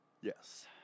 Yes